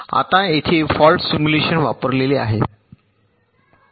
आता येथे fault simulation वापरलेले आहे